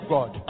God